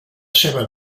seva